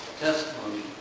testimony